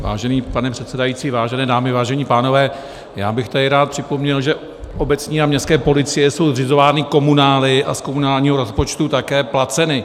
Vážený pane předsedající, vážené dámy, vážení pánové, já bych tady rád připomněl, že obecní a městské policie jsou zřizovány komunály a z komunálního rozpočtu také placeny.